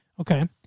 Okay